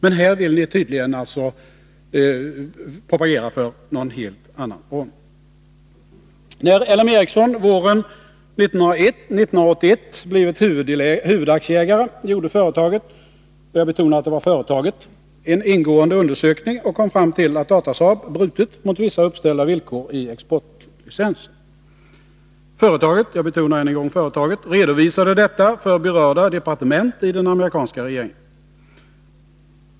Men här vill ni tydligen propagera för en helt annan ordning. NärL M Ericsson våren 1981 blivit huvudaktieägare gjorde företaget — jag betonar att det var företaget — en ingående undersökning och kom fram till att Datasaab brutit mot vissa uppställda villkor i exportlicensen. Företaget — jag betonar än en gång företaget — redovisade detta för berörda departement i amerikanska regeringen.